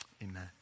Amen